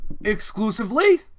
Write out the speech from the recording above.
Exclusively